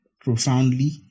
profoundly